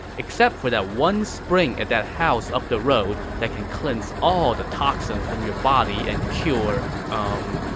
except for that one spring at that house up the road that can cleanse all the toxins from your body and cure, umm,